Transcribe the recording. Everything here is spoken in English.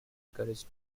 encouraged